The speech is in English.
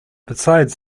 besides